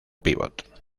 pívot